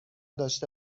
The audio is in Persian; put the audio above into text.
داشته